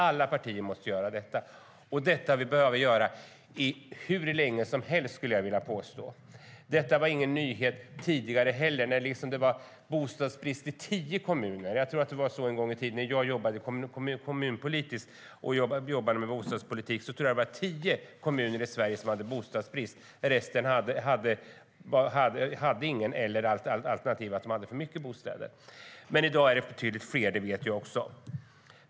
Alla partier måste göra detta. Och det har vi behövt göra hur länge som helst skulle jag vilja påstå. Det var ingen nyhet tidigare heller. När jag en gång i tiden jobbade kommunpolitiskt med bostadspolitik var det tio kommuner i Sverige som hade bostadsbrist. Resten hade ingen alternativt hade för mycket bostäder. I dag är det dock betydligt fler - det vet jag också.